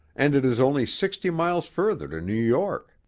and it is only sixty miles further to new york.